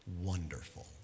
wonderful